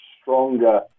stronger